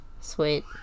Sweet